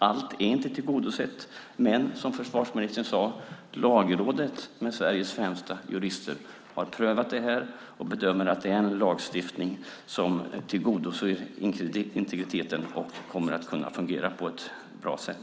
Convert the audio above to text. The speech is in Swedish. Allt är inte tillgodosett, men som försvarsministern sade har Lagrådet, med Sveriges främsta jurister, prövat detta och bedömer att det är en lagstiftning som tillgodoser integriteten och kommer att kunna fungera på ett bra sätt.